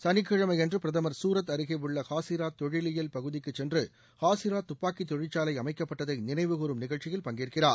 சனிக்கிழமையன்று பிரதமர் சூரத் அருகே உள்ள ஹாசிரா தொழிலியல் பகுதிக்கு சென்று ஹாசிரா துப்பாக்கி தொழிற்சாலை அமைக்கப்பட்டதை நினைவுகூறும் நிகழ்ச்சியில் பங்கேற்கிறார்